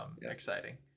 exciting